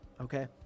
okay